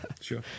sure